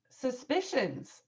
suspicions